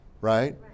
right